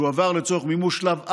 שהועבר לצורך מימוש שלב א'